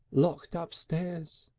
locked upstairs.